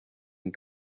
and